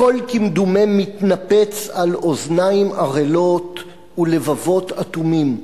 הכול כמדומה מתנפץ על אוזניים ערלות ולבבות אטומים.